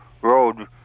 road